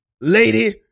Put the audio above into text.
Lady